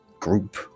group